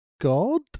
God